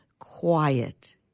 Quiet